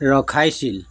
ৰখাইছিল